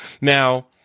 Now